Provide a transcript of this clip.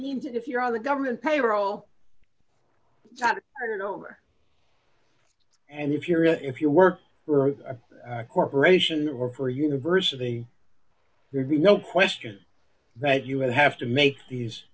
means that if you're on the government payroll it over and if you're a if you work for a corporation or for a university there'd be no question that you have to make these